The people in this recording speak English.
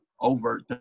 overt